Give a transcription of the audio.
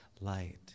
light